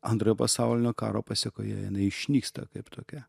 antrojo pasaulinio karo pasekoje jinai išnyksta kaip tokia